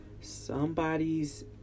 Somebody's